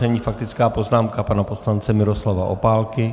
Nyní faktická poznámka pana poslance Miroslava Opálky.